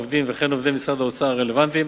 עובדים וכן עובדי משרד האוצר הרלוונטיים,